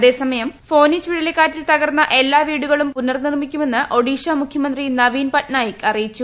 അതേസമയം ഫോനി ചുഴലിക്കാറ്റിൽ തകർന്ന എല്ലാ വീടുകളും പുനർനിർമ്മിക്കുമെന്ന് ഒഡീഷാ മുഖ്യമന്ത്രി നവീൻ പട്നായിക് അറിയിച്ചു